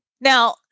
Now